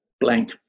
blank